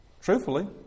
truthfully